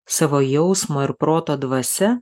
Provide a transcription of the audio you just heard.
savo jausmo ir proto dvasia